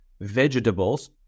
vegetables